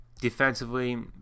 defensively